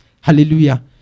Hallelujah